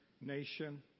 nation